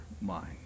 mind